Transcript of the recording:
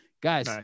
guys